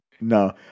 No